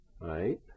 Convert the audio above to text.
right